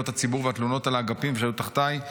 הציבור והתלונות על האגפים שהיו תחתיי.